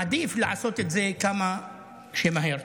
עדיף לעשות את זה כמה שיותר מהר.